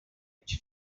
each